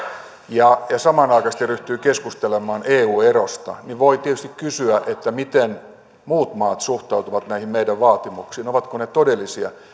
ja samanaikaisesti ryhtyy keskustelemaan eu erosta niin voi tietysti kysyä miten muut maat suhtautuvat näihin meidän vaatimuksiimme ovatko ne todellisia